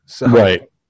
Right